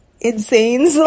insane